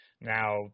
now